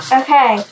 okay